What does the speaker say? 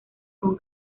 con